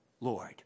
Lord